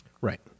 Right